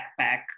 backpack